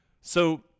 So-